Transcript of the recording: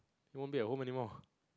you won't be at home anymore